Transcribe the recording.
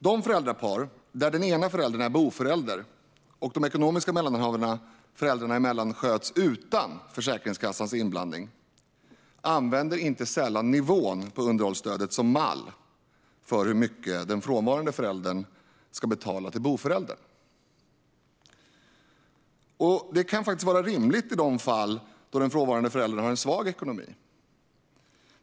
De föräldrapar där den ena föräldern är boförälder och de ekonomiska mellanhavandena föräldrarna emellan sköts utan Försäkringskassans inblandning använder inte sällan nivån på underhållsstödet som mall för hur mycket den frånvarande föräldern ska betala till boföräldern. Det kan faktiskt vara rimligt i de fall då den frånvarande föräldern har en svag ekonomi.